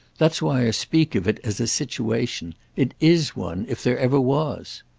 that's why i speak of it as a situation. it is one, if there ever was.